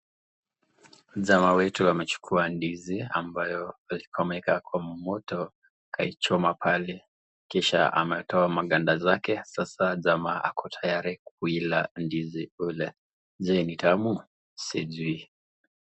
Jamaa wetu amechukua ndizi ambayo alikuwa ameweka kwa moto akaichoma pale kisha ametoa maganda zake sasa jamaa ako tayari kuila ndizi ile. Je ni tamu? Sijui.